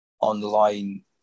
online